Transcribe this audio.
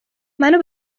منو